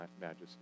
majesty